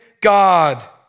God